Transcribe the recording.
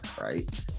right